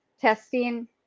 testing